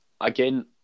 again